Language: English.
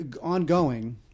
ongoing